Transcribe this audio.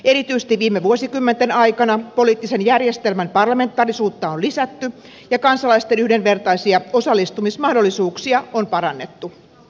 erityisesti viime vuosikymmenten aikana poliittisen järjestelmän parlamentaarisuutta on lisätty ja kansalaisten yhdenvertaisia osallistumismahdollisuuksia parannettu